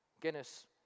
Guinness